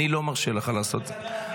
אני לא מרשה לך לעשות את זה.